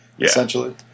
essentially